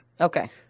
Okay